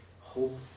hope